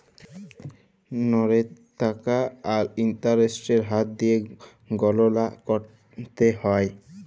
ললের টাকা আর ইলটারেস্টের হার দিঁয়ে গললা ক্যরতে হ্যয়